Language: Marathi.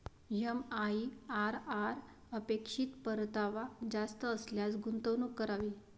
एम.आई.आर.आर अपेक्षित परतावा जास्त असल्यास गुंतवणूक करावी